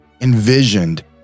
envisioned